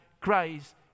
Christ